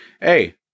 hey